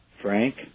Frank